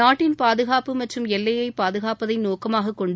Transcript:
நாட்டின் பாதுகாப்பு மற்றும் எல்லையை பாதுகாப்பதை நோக்கமாக கொண்டு